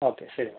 okay ശരി എന്നാൽ